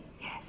yes